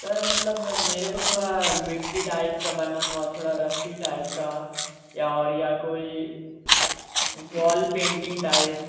sir मतलब मेरे को थोड़ा मिट्टी टाइप का बना हुआ थोड़ा रस्सी टाइप का या और या कोई वॉल पेंटिंग टाइप